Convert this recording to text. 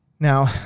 Now